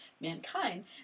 mankind